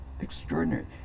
extraordinary